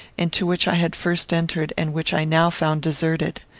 into which i had first entered, and which i now found deserted.